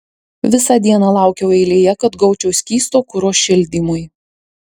visą dieną laukiau eilėje kad gaučiau skysto kuro šildymui